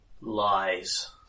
Lies